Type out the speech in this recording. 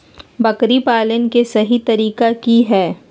बकरी पालन के सही तरीका की हय?